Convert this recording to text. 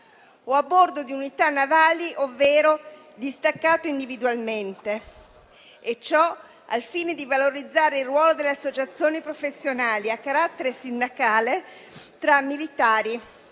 o a bordo di unità navali ovvero distaccato individualmente - ciò al fine di valorizzare il ruolo delle associazioni professionali a carattere sindacale tra militari